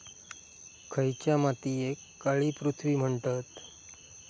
खयच्या मातीयेक काळी पृथ्वी म्हणतत?